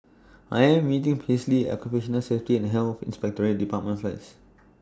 I Am meeting Paisley At Occupational Safety and Health Inspectorate department First